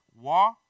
War